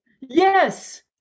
Yes